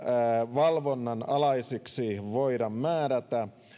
valvonnan alaiseksi voida määrätä